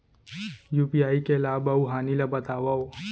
UPI के लाभ अऊ हानि ला बतावव